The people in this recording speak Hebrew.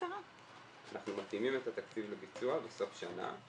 אנחנו מתאימים את התקציב לביצוע בסוף שנה.